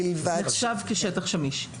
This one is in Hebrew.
נחשב כשטח שמיש.